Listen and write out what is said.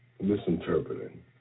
misinterpreting